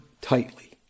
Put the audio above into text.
tightly